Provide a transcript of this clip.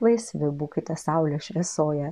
laisvi būkite saulės šviesoje